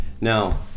Now